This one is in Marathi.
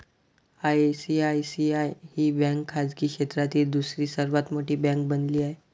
आय.सी.आय.सी.आय ही बँक खाजगी क्षेत्रातील दुसरी सर्वात मोठी बँक बनली आहे